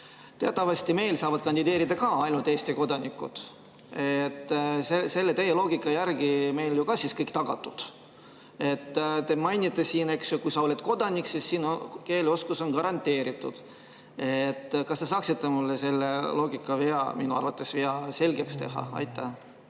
Teatavasti saavad meil kandideerida ka ainult Eesti kodanikud. Teie loogika järgi on ju meil ka siis kõik tagatud. Te mainite siin, et kui sa oled kodanik, siis sinu keeleoskus on garanteeritud. Kas te saaksite mulle selle loogikavea – minu arvates vea – selgeks teha? Aitäh,